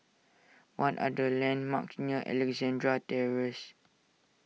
what are the landmarks near Alexandra Terrace